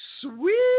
sweet